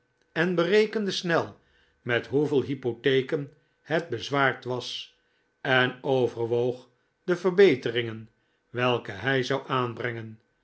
en berekende snel met hoeveel hypotheken het bezwaard was en overwoog de verbeteringen welke hij zou aanbrengen